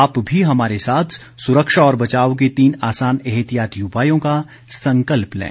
आप भी हमारे साथ सुरक्षा और बचाव के तीन आसान एहतियाती उपायों का संकल्प लें